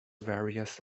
various